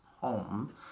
home